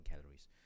calories